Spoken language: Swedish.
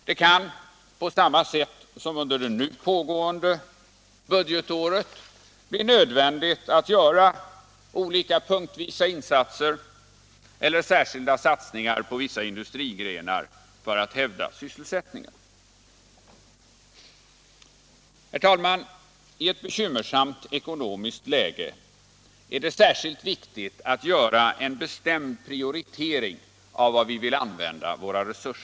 Det kan på samma sätt som under det nu pågående budgetåret bli nödvändigt att göra olika punktvisa insatser eller särskilda satsningar på vissa industrigrenar för att hävda sysselsättningen. Herr talman! I ett bekymmersamt ekonomiskt läge är det särskilt viktigt att göra en bestämd prioritering av vad vi vill använda våra resurser till.